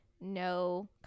no